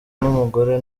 n’umugore